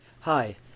Hi